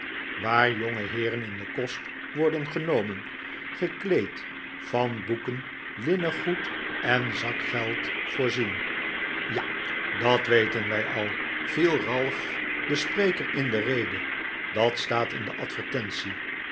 waar jongeheeren in den kdst worden genomen gekleed van boeken linnengoed en zakgeld voorzien ja dat weten wij al viel ralph den spreker in de rede dat staat in de advertentie